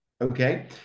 Okay